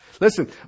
Listen